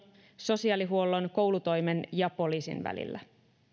sosiaalihuollon koulutoimen ja poliisin välillä on